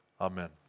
Amen